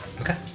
Okay